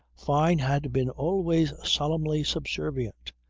fyne had been always solemnly subservient.